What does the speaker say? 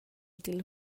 dil